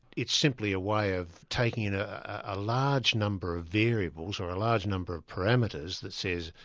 it's simply a way of taking ah a large number of variables or a large number of parameters that says,